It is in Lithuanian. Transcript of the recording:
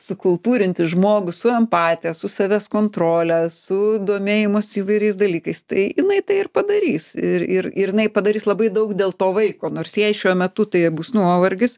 sukultūrinti žmogų su empatija su savęs kontrole su domėjimusi įvairiais dalykais tai jinai tai ir padarys ir ir ir jinai padarys labai daug dėl to vaiko nors jai šiuo metu tai bus nuovargis